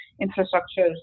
infrastructure